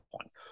point